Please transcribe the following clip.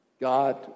God